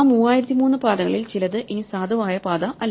ആ 3003 പാതകളിൽ ചിലത് ഇനി സാധുവായ പാത അല്ല